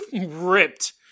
ripped